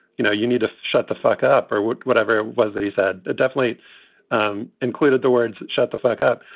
you know, you need to shut the fuck up or whatever it was that he said definitely um included the words that shut the fuck up.